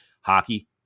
Hockey